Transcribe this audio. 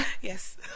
yes